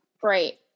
great